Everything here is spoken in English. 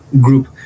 group